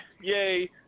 yay